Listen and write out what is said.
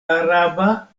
araba